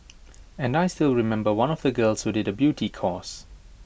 and I still remember one of the girls who did A beauty course